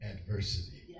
adversity